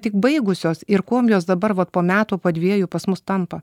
tik baigusios ir kuom jos dabar vat po metų po dviejų pas mus tampa